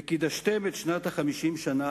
וקידשתם את שנת החמשים שנה